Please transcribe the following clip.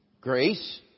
grace